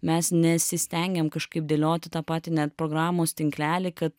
mes nesistengiam kažkaip dėlioti tą patį net programos tinklelį kad